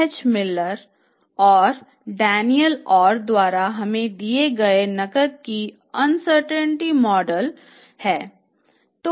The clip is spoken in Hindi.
MHMiller और Daniel Orr द्वारा हमें दिए गए नकद का अनसर्टेंटी मॉडल है